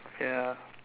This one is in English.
ya